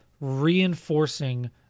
reinforcing